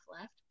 left